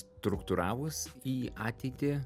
struktūravus į ateitį